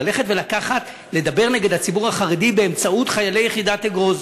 ללכת ולדבר נגד הציבור החרדי באמצעות חיילי יחידת אגוז,